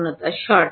ছাত্র বিবেচ্যতা